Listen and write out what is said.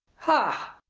ha!